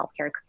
healthcare